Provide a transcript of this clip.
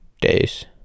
days